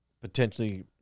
potentially